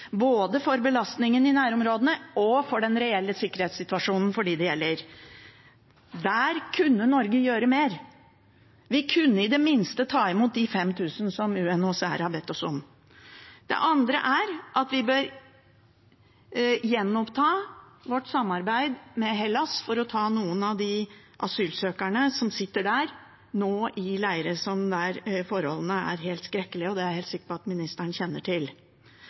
både for belastningen i nærområdene og for den reelle sikkerhetssituasjonen for dem det gjelder. Der kunne Norge gjort mer. Vi kunne i det minste tatt imot de 5 000 som UNHCR har bedt oss om. Det andre er at vi bør gjenoppta vårt samarbeid med Hellas for å ta imot noen av de asylsøkerne som sitter der nå, i leirer der forholdene er helt skrekkelige, og det er jeg helt sikker på at utenriksministeren kjenner til.